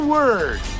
Word